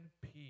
peace